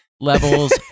levels